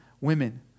women